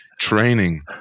training